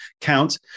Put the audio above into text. count